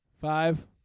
Five